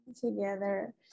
together